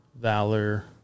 Valor